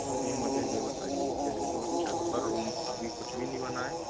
अभी मुझे ये बताइए के जो छत पर रूम अभी कुछ भी नहीं बना है